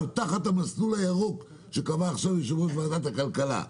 תחת המסלול הירוק שקבע עכשיו יושב-ראש ועדת הכלכלה,